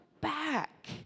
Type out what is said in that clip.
back